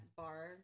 bar